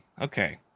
okay